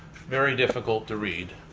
very difficult to read.